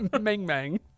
Ming-Mang